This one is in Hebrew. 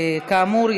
כאמור,